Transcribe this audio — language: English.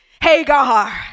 Hagar